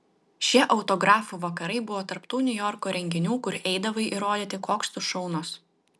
šie autografų vakarai buvo tarp tų niujorko renginių kur eidavai įrodyti koks tu šaunus